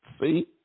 See